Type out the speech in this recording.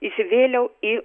įsivėliau į